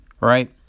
Right